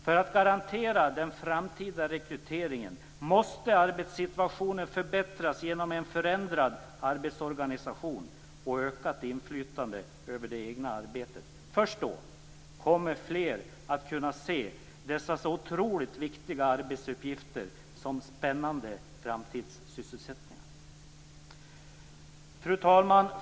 För att garantera den framtida rekryteringen måste arbetssituationen förbättras genom en förändrad arbetsorganisation och ökat inflytande över det egna arbetet. Först då kommer fler att kunna se dessa så otroligt viktiga arbetsuppgifter som spännande framtidssysselsättningar. Fru talman!